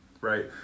Right